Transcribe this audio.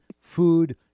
food